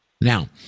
Now